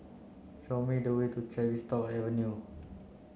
show me the way to Tavistock Avenue